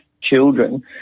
children